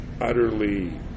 utterly